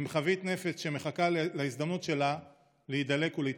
עם חבית נפץ שמחכה להזדמנות שלה להידלק ולהתפוצץ.